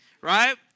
right